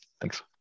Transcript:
thanks